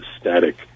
static